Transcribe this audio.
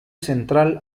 central